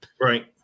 Right